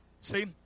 See